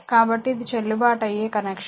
కాబట్టి ఇది చెల్లుబాటు అయ్యే కనెక్షన్